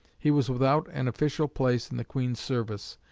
he was without an official place in the queen's service,